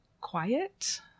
quiet